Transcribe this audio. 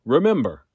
Remember